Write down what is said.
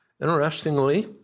Interestingly